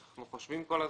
אנחנו חושבים כל הזמן,